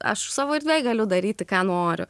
aš savo erdvėj galiu daryti ką noriu